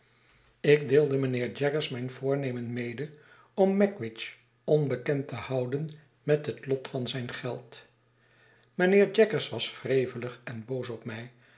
ik deelde mijnheer jaggers mijn voornemen rnede om mag witch onbekend te houden met het lot van zijn geld mijnheer jaggers was wrevelig en boos op mij